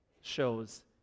shows